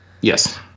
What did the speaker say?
Yes